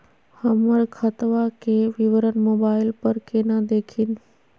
हमर खतवा के विवरण मोबाईल पर केना देखिन?